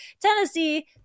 Tennessee